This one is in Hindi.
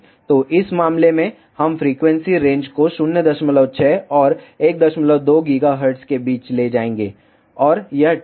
तो इस मामले में हम फ्रीक्वेंसी रेंज को 06 और 12 GHz के बीच ले जाएंगे और यह ठीक है